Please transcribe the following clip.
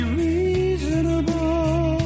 reasonable